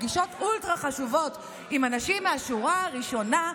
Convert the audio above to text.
פגישות אולטרה-חשובות עם אנשים מהשורה הראשונה,